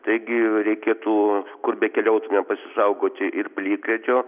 taigi reikėtų kur bekeliautumėm pasisaugoti ir plikledžio